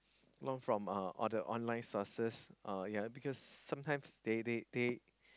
learn from uh or the online sources uh yea because sometimes they they